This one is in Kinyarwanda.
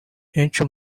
henshi